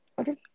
Okay